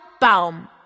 Baum